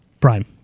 Prime